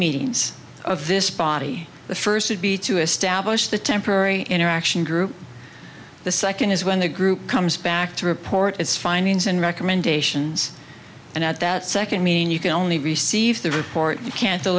meetings of this body the first would be to establish the temporary interaction group the second is when the group comes back to report its findings and recommendations and at that second meeting you can only receive the report you can